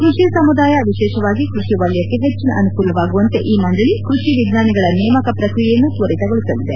ಕೃಷಿ ಸಮುದಾಯ ವಿಶೇಷವಾಗಿ ಕೃಷಿ ವಲಯಕ್ಕೆ ಹೆಚ್ಚಿನ ಅನುಕೂಲವಾಗುವಂತೆ ಈ ಮಂದಳಿ ಕ್ಬಡಿ ವಿಜ್ಞಾನಿಗಳ ನೇಮಕ ಪ್ರಕ್ರಿಯೆಯನ್ನು ತ್ವರಿತಗೊಳಿಸಲಿದೆ